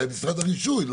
של משרד הרישוי.